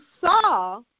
saw